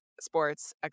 sports